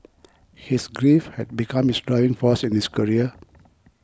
his grief had become his driving force in his career